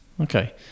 okay